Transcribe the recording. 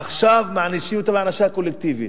עכשיו מענישים אותם ענישה קולקטיבית.